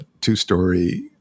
two-story